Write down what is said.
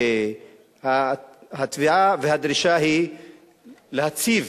והתביעה והדרישה הן להציב